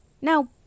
Now